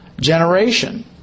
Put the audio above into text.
generation